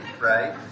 Right